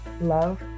Love